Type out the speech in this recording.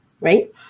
right